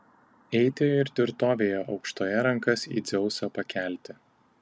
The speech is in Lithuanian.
eiti ir tvirtovėje aukštoje rankas į dzeusą pakelti